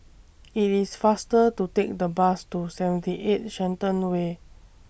IT IS faster to Take The Bus to seventy eight Shenton Way